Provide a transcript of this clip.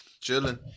chilling